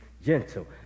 Gentle